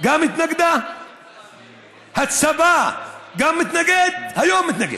גם התנגדה, הצבא, גם מתנגד, היום מתנגד.